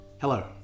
Hello